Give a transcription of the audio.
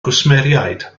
gwsmeriaid